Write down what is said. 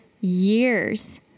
years